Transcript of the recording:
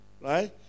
right